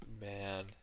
Man